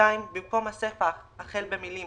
במקום הסיפה החל במילים